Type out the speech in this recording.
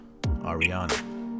ariana